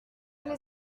les